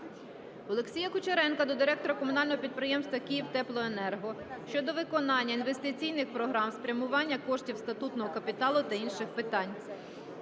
Олексія Кучеренка до директора комунального підприємства "Київтеплоенерго" щодо виконання інвестиційних програм, спрямування коштів статутного капіталу та інших питань.